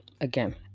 again